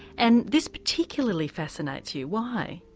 and this particularly fascinates you. why?